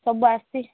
ସବୁ ଆର୍ଟିଷ୍ଟ